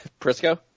Prisco